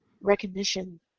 recognition